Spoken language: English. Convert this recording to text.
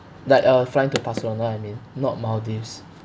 that uh flying to barcelona I mean not maldives